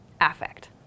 affect